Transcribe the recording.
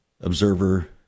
observer